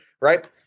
Right